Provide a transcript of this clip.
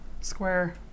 square